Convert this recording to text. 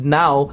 now